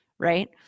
right